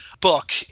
book